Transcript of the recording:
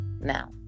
now